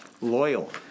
Loyal